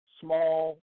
small